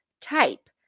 type